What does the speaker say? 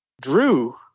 Drew